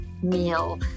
meal